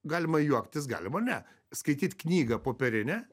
galima juoktis galima ne skaityt knygą popierinę